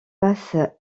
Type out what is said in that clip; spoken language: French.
passent